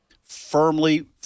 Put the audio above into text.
firmly